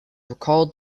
recalled